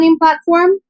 platform